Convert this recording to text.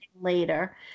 later